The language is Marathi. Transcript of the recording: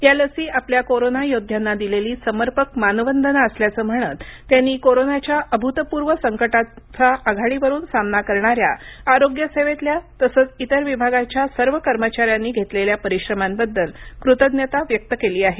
या लसी आपल्या कोरोना योद्ध्यांना दिलेली समर्पक मानवंदना असल्याचं म्हणत त्यांनी कोरोनाच्या अभूतपूर्व संकटाचा आघाडीवरून सामना करणाऱ्या आरोग्यसेवेतल्या तसंच इतर विभागांच्या सर्व कर्मचाऱ्यांनी घेतलेल्या परिश्रमांबद्दल कृतज्ञता व्यक्त केली आहे